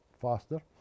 faster